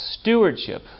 Stewardship